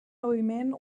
moviment